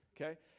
Okay